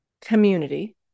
community